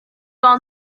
ond